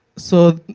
so,